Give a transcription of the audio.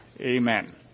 Amen